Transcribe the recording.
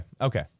Okay